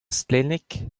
stlenneg